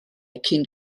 cyn